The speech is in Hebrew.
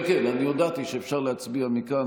כן, כן, הודעתי שאפשר להצביע מכאן.